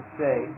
say